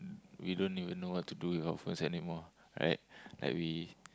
we don't even know what to do with our first anymore right like we